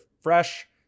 fresh